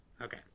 Okay